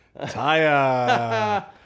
taya